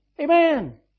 Amen